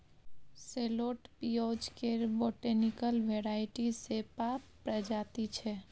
सैलोट पिओज केर botanical variety सेपा प्रजाति छै